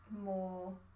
more